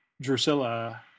Drusilla